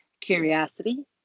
curiosity